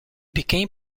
became